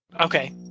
Okay